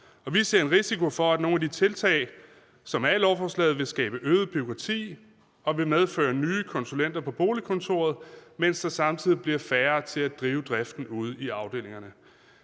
Vi ser en risiko for, at nogle af de tiltag, som er i lovforslaget, vil skabe øget bureaukrati og vil medføre nye konsulenter på boligkontoret, mens der samtidig bliver færre til at stå for driften ude i afdelingerne.